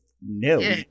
No